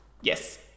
Yes